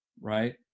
right